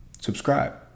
Subscribe